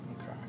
okay